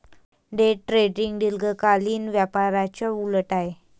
day trading दीर्घकालीन व्यापाराच्या उलट आहे